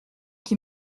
qui